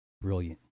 Brilliant